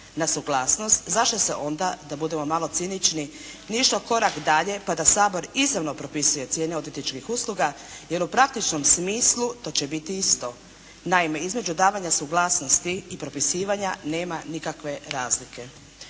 na suglasnost zašto se onda da budemo malo cinični, nije išlo korak dalje pa da Sabor izravno propisuje cijene odvjetničkih usluga jer u praktičnom smislu to će biti isto. Naime, između davanja suglasnosti i propisivanja nema nikakve razlike.